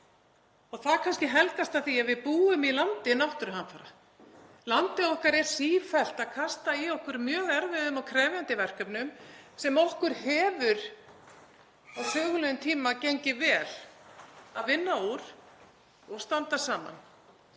helgast kannski af því að við búum í landi náttúruhamfara. Landið okkar er sífellt að kasta í okkur mjög erfiðum og krefjandi verkefnum sem okkur hefur á sögulegum tíma gengið vel að vinna úr og standa saman.